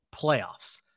playoffs